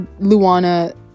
Luana